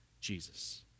Jesus